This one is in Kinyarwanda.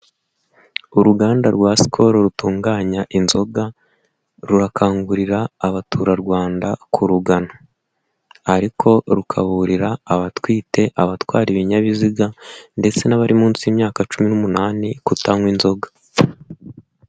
Uruganda rwa SKOL rutunganya inzoga rurakangurira abaturarwanda kurugana ariko rukaburira abatwite, abatwara ibinyabiziga ndetse n'abari munsi y'imyaka cumi n'umunani kutanywa inzoga.